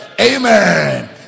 amen